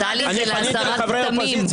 אני פניתי לחברי האופוזיציה,